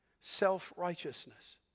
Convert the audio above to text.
self-righteousness